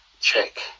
check